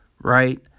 Right